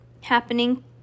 happening